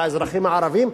על האזרחים הערבים,